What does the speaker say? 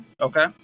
Okay